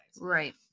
Right